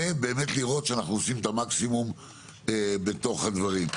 ובאמת לראות שאנחנו עושים את המקסימום בתוך הדברים.